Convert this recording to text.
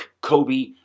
Kobe